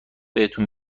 بهتون